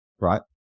right